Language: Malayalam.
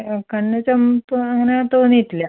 കണ്ണ് ചുമപ്പ് അങ്ങനെ തോന്നിയിട്ടില്ല